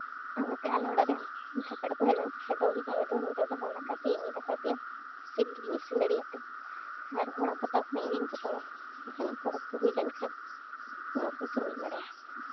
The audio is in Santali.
ᱟᱨ ᱱᱚᱛᱮ ᱟᱞᱮ ᱚᱲᱟᱜ ᱨᱮ ᱡᱟᱦᱟᱸᱭ ᱯᱮᱲᱟ ᱠᱚ ᱦᱮᱡ ᱞᱮᱱᱠᱷᱟᱡ ᱫᱚ ᱤᱧ ᱟᱭᱳ ᱫᱚ ᱱᱮᱛᱟᱨ ᱫᱚ ᱵᱟᱭ ᱫᱟᱠᱟ ᱩᱛᱩᱭᱟ ᱤᱧᱜᱤᱧ ᱫᱟᱠᱟ ᱩᱛᱩᱭᱟ ᱥᱤᱵᱤᱞ ᱧᱚᱜ ᱤᱧ ᱤᱥᱤᱱ ᱫᱟᱲᱮᱭᱟᱜ ᱛᱮ ᱟᱨ ᱚᱲᱟᱜ ᱯᱚᱛᱟᱣ ᱠᱚᱦᱚᱸ ᱤᱧᱜᱤᱧ ᱯᱚᱛᱟᱣᱟ ᱡᱟᱦᱟᱱᱟᱜ ᱯᱚᱨᱚᱵᱽ ᱠᱚ ᱦᱩᱭ ᱞᱮᱱᱠᱷᱟᱱ ᱱᱚᱣᱟᱠᱚ ᱠᱟᱹᱢᱤᱧ ᱵᱟᱲᱟᱭᱟ